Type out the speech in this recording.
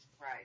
Right